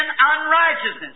unrighteousness